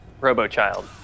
Robo-Child